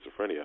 schizophrenia